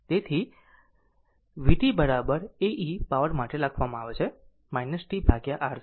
તેથી માત્ર તેથી જ તેથી vt A e પાવર માટે લખવામાં આવે છે t RC